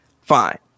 Fine